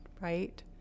right